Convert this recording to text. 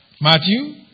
Matthew